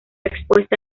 expuesta